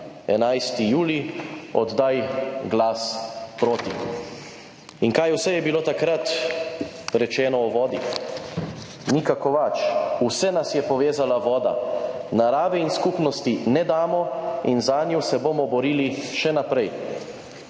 11. julij oddaj Glas proti. Kaj vse je bilo takrat rečeno o vodi? Nika Kovač: »Vse nas je povezala voda. Narave in skupnosti ne damo in zanjo se bomo borili še naprej.«